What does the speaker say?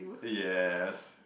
yes